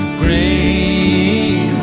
green